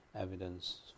evidence